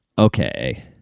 Okay